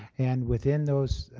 and within those